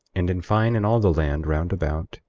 and in fine, in all the land round about,